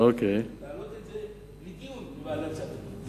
להעלות את זה לדיון בוועדת הכספים.